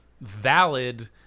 valid